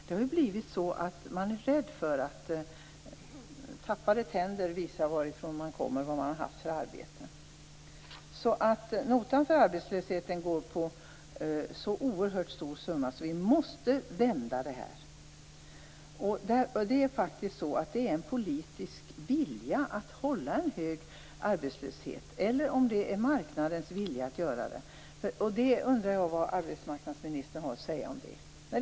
Det har blivit så att man är rädd för att tappade tänder visar varifrån man kommer och vilka arbeten man har haft. Notan för arbetslösheten går på en sådan oerhört stor summa att vi måste vända detta. Det är en politisk vilja att hålla en hög arbetslöshet, eller så är det marknadens vilja. Jag undrar vad arbetsmarknadsministern har att säga om detta.